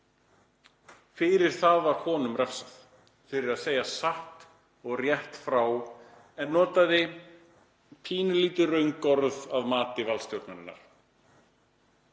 Fyrir það var honum refsað, fyrir að segja satt og rétt frá en hann notaði pínulítið röng orð að mati valdstjórnarinnar,